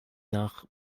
nach